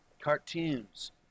Cartoons